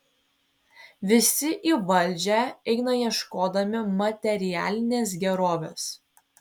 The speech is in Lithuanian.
visi į valdžią eina ieškodami materialinės gerovės